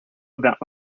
about